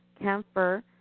camphor